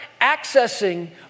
accessing